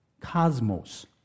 cosmos